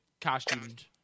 costumed